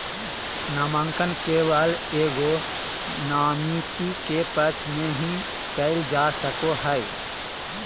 नामांकन केवल एगो नामिती के पक्ष में ही कइल जा सको हइ